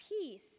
peace